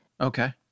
Okay